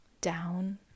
down